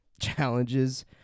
challenges